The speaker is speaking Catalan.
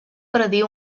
predir